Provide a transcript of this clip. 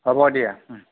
হ'ব দিয়া